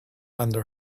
under